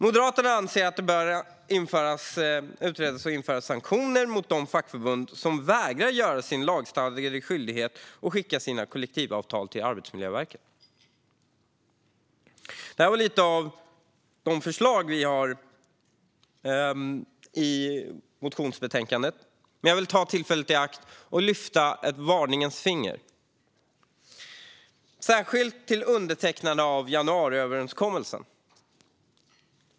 Moderaterna anser att det bör införas sanktioner mot de fackförbund som vägrar fullgöra sin lagstadgade skyldighet att skicka in sina kollektivavtal till Arbetsmiljöverket. Detta var några av de förslag som vi har i motionsbetänkandet, men nu vill jag ta tillfället i akt att lyfta ett varningens finger, särskilt till undertecknarna av januariöverenskommelsen.